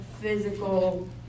physical